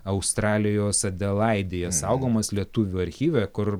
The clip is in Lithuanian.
australijos adelaidėje saugomas lietuvių archyve kur